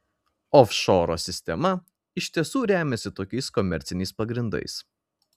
ofšoro sistema iš tiesų remiasi tokiais komerciniais pagrindais